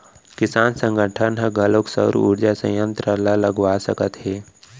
किसान संगठन ह घलोक सउर उरजा संयत्र ल लगवा सकत हे